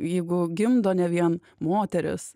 jeigu gimdo ne vien moteris